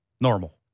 normal